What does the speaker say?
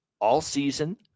All-season